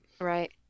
Right